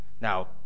Now